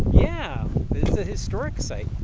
yeah it's a historic site.